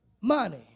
money